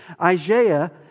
Isaiah